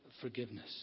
forgiveness